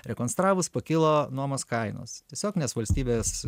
rekonstravus pakilo nuomos kainos tiesiog nes valstybės